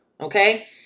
okay